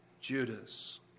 Judas